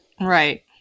Right